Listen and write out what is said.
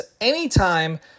anytime